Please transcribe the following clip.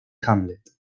hamlet